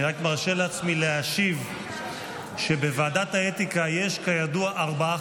אני רק מרשה לעצמי להשיב שבוועדת האתיקה יש כידוע ארבעה